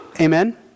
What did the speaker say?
Amen